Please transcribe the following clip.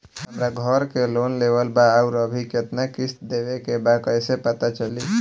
हमरा घर के लोन लेवल बा आउर अभी केतना किश्त देवे के बा कैसे पता चली?